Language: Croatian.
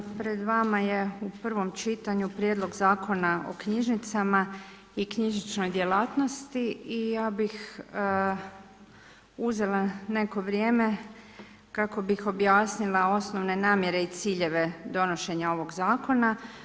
Pred vama je u prvom čitanju prijedlog Zakona o knjižnicama i knjižničnoj djelatnosti i ja bih uzela neko vrijeme kako bih objasnila osnovne namjere i ciljeve donošenja ovog zakona.